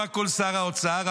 לא הכול שר האוצר,